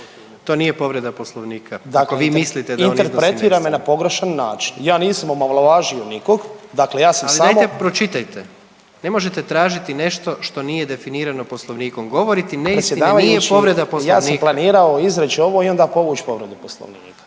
**Kujundžić, Ante (MOST)** Interpretira me na pogrešan način. Ja nisam omalovažio nikog, dakle ja sam samo … …/Upadica predsjednik: Ali dajte pročitajte. Ne možete tražiti nešto što nije definirano Poslovnikom. Govoriti neistine nije povreda Poslovnika./… Predsjedavajući ja sam planirao izreći ovo i onda povući povredu Poslovnika.